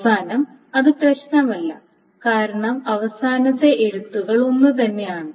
അവസാനം അത് പ്രശ്നമല്ല കാരണം അവസാനത്തെ എഴുത്തുകൾ ഒന്നുതന്നെയാണ്